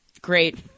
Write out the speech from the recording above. Great